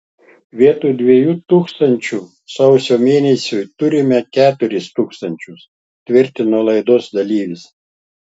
vietoj dviejų tūkstančių sausio mėnesiui turime keturis tūkstančius tvirtino laidos dalyvis